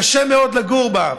קשה מאוד לגור בה.